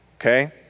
okay